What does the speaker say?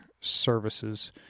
services